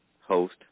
Host